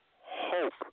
hope